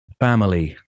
family